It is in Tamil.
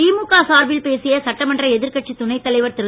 திமுக சார்பில் பேசிய சட்டமன்ற எதிர்க்கட்சித் துணைத் தலைவர் திரு